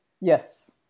Yes